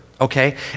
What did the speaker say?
Okay